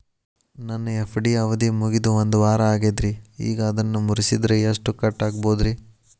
ನನ್ನ ಎಫ್.ಡಿ ಅವಧಿ ಮುಗಿದು ಒಂದವಾರ ಆಗೇದ್ರಿ ಈಗ ಅದನ್ನ ಮುರಿಸಿದ್ರ ಎಷ್ಟ ಕಟ್ ಆಗ್ಬೋದ್ರಿ?